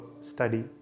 study